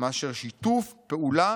מאשר שיתוף פעולה